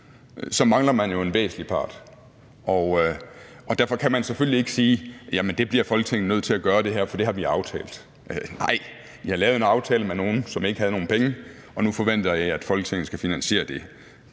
så mangler man jo en væsentlig part, og derfor kan man selvfølgelig ikke sige, at jamen det her bliver Folketinget nødt til at gøre, for det har vi aftalt. Nej, I har lavet en aftale med nogle, som ikke havde nogen penge, og nu forventer I, at Folketinget skal finansiere det.